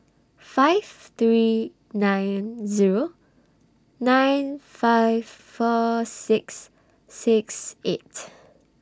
five three nine Zero nine five four six six eight